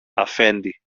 αφέντη